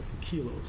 kilos